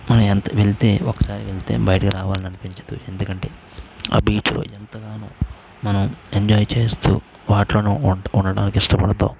మన ఎంత వెళ్తే ఒకసారి వెళ్తే బయటకు రావాలనిపించదు ఎందుకంటే ఆ బీచ్లో ఎంతగానో మనం ఎంజాయ్ చేస్తూ వాటర్లో ఉండటానికి ఇష్టపడతాం